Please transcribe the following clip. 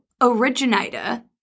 originator